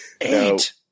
Eight